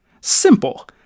Simple